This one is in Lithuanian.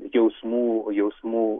jausmų jausmų